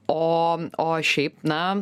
o o šiaip na